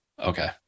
Okay